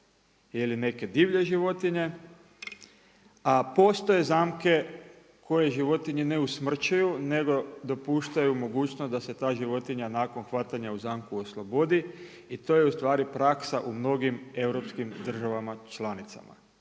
neke divlje životinje, a postoje zamke koje životinje ne usmrćuju nego dopuštaju mogućnost da se ta životinja nakon hvatanja u zamku oslobodi i to je ustvari praksa u mnogim europskim državama članicama.